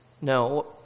No